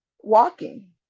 walking